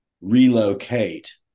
relocate